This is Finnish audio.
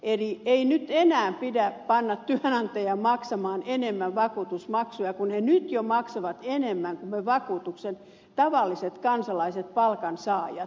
eli ei nyt enää pidä panna työnantajia maksamaan enemmän vakuutusmaksuja kun ne nyt jo maksavat enemmän kuin me tavalliset kansalaiset palkansaajat